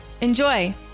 Enjoy